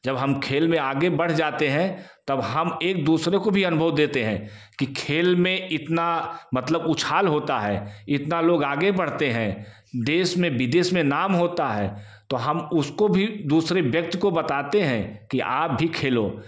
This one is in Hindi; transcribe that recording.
जब हम खेल में आगे बढ़ जाते हैं तब हम एक दूसरे को भी अनुभव देते हैं कि खेल में इतना मतलब उछाल होता है इतना लोग आगे बढ़ते है देश में विदेश में नाम होता है तो हम उसको भी दूसरे व्यक्ति को बताते हैं कि आप भी खेलो